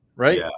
Right